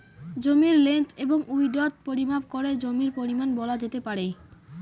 জমির লেন্থ এবং উইড্থ পরিমাপ করে জমির পরিমান বলা যেতে পারে